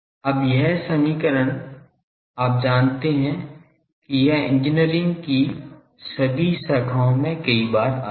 अब यह समीकरण आप जानते हैं कि यह इंजीनियरिंग की सभी शाखाओं में कई बार आती है